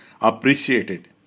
appreciated